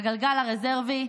הגלגל הרזרבי,